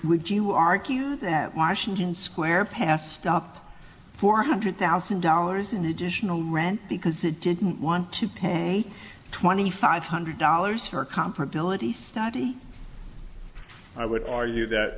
would you argue that washington square passed up four hundred thousand dollars in additional rent because it didn't want to pay me twenty five hundred dollars for competent study i would argue